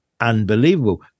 unbelievable